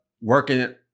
working